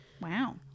Wow